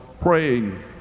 praying